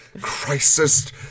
crisis